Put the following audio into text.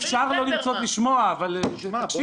אפשר לא לרצות לשמוע, אבל תקשיב.